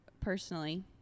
personally